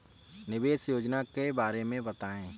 निवेश योजना के बारे में बताएँ?